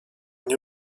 nie